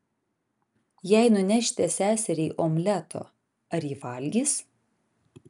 jei nunešite seseriai omleto ar ji valgys